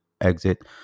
exit